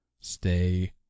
stay